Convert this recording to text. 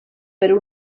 per